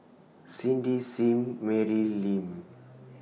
Cindy SIM Mary Lim